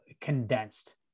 condensed